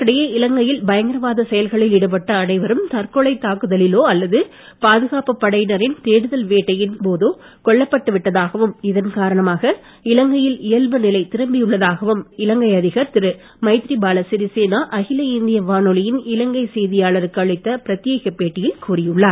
இதற்கிடையே இலங்கையில் பயங்கரவாத செயல்களில் ஈடுபட்ட அனைவரும் தற்கொலை தாக்குதலிலோ அல்லது பாதுகாப்பு படையினரின் தேடுதல் வேட்டையின் போதோ கொல்லப்பட்டு விட்டதாகவும் இதன் காரணமாக இலங்கையில் இயல்பு நிலை திரும்பியுள்ளதாகவும் இலங்கை அதிபர் மைத்ரிபால சிரிசேனா அகில இந்திய வானொலியின் இலங்கை செய்தியாளருக்கு அளித்த பிரத்யேக பேட்டியில் கூறியுள்ளார்